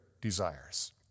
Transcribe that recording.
desires